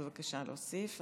בבקשה, להוסיף.